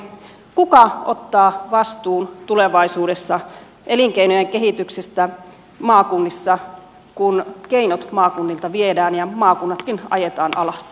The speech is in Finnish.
kuka ottaa vastuun tulevaisuudessa elinkeinojen kehityksestä maakunnissa kun keinot maakunnilta viedään ja maakunnatkin ajetaan alas